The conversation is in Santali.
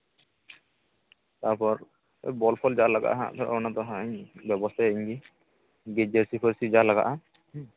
ᱵᱚᱞ ᱯᱷᱚᱞ ᱡᱟ ᱞᱟᱜᱟᱜᱼᱟ ᱚᱱᱟ ᱫᱚᱦᱟᱸᱜ ᱤᱧ ᱵᱮᱵᱚᱥᱛᱟᱭᱟ ᱤᱧ ᱜᱮ ᱫᱤᱭᱮ ᱡᱟᱨᱹᱥᱤ ᱯᱷᱟᱹᱨᱥᱤ ᱡᱟ ᱞᱟᱜᱟᱜᱼᱟ ᱦᱩᱸ